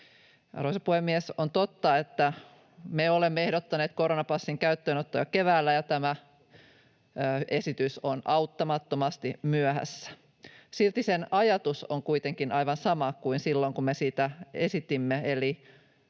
Arvoisa puhemies! On totta, että me olemme ehdottaneet koronapassin käyttöönottoa jo keväällä, ja tämä esitys on auttamattomasti myöhässä. Silti sen ajatus on kuitenkin aivan sama kuin silloin, kun me sitä esitimme.